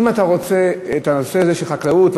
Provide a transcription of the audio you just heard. אם אתה רוצה את הנושא הזה של החקלאות,